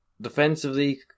defensively